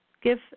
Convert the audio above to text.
give